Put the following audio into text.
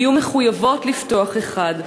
יהיו מחויבות לפתוח אחד.